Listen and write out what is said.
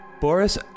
Boris